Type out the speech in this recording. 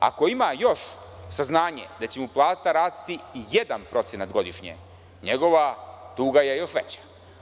Ako ima još saznanje da će mu plata rasti 1% godišnje, njegova tuga je još veća.